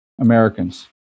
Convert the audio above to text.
Americans